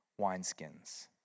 wineskins